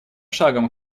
шагом